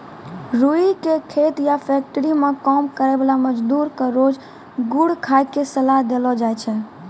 रूई के खेत या फैक्ट्री मं काम करै वाला मजदूर क रोज गुड़ खाय के सलाह देलो जाय छै